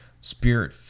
Spirit